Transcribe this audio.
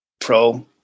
pro